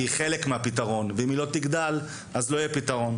כי היא חלק מהפתרון ואם היא לא תגדל אז לא יהיה פתרון.